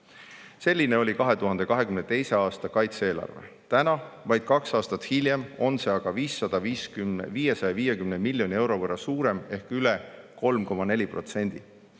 Selline oli 2022. aasta kaitse-eelarve. Täna, vaid kaks aastat hiljem, on see aga 550 miljoni euro võrra suurem ehk üle 3,4%.